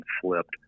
flipped